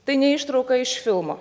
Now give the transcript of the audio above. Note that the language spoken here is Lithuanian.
tai ne ištrauka iš filmo